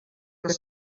que